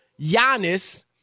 Giannis